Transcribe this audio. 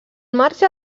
marge